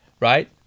right